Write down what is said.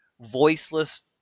voiceless